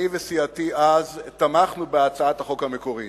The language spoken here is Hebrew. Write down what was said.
אני וסיעתי אז תמכנו בהצעת החוק המקורית,